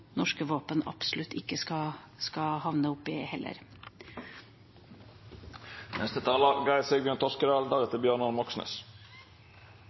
norske våpen absolutt ikke skal havne i.